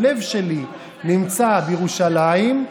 הלב שלי נמצא בירושלים,